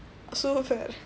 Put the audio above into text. so bad